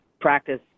practice